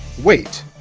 wait.